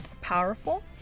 powerful